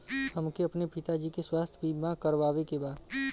हमके अपने पिता जी के स्वास्थ्य बीमा करवावे के बा?